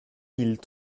mille